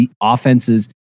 offenses